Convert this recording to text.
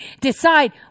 decide